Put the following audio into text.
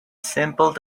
simple